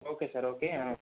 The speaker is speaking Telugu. okay sir okay